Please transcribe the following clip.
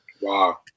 Wow